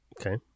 Okay